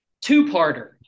two-parter